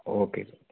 okay